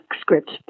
script